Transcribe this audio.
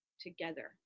together